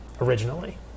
originally